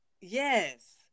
Yes